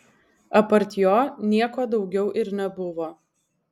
apart jo nieko daugiau ir nebuvo